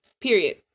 Period